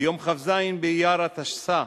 ביום כ"ז באייר התשס"ה,